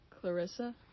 Clarissa